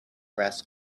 brass